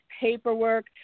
paperwork